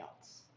else